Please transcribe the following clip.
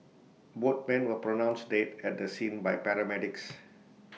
both men were pronounced dead at the scene by paramedics